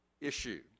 issue